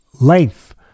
length